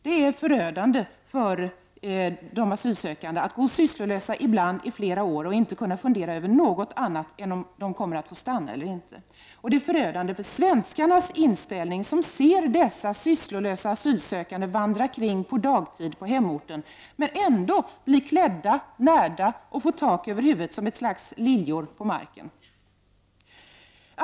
Det är förödande för de asylsökande att gå sysslolösa, ibland i flera år, och inte kunna fundera över något annat än om de kommer att få stanna eller inte. Det är förödande för svenskarnas inställning som ser dessa sysslolösa asylsökande vandra kring på dagtid på hemorten men ändå bli klädda, närda och få tak över huvudet som ett slags liljor på marken.